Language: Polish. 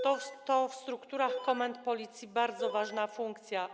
To w strukturach komend Policji bardzo ważna funkcja.